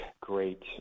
great